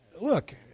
look